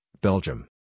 Belgium